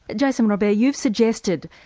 jason robert, you've suggested,